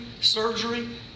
surgery